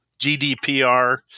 GDPR